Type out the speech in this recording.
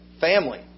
family